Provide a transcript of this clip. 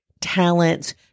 talents